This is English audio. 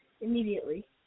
immediately